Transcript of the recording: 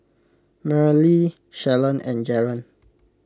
Marlie Shalon and Jaron